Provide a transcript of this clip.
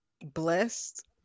Blessed